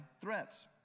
threats